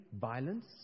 Violence